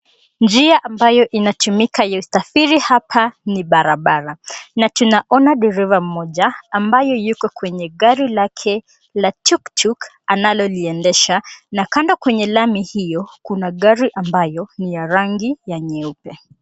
Njia ambayo inatumika ya usafiri hapa ni barabara, na tuna ona dereva mmoja ambayo yupo kwenye gari lake la tuktuk analoliendesha na kando kwenye lami hio kuna gari ambayo ni ya rangi ya nyeupe.